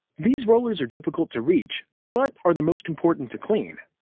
these rollers are difficult to reach, but are the most important to clean.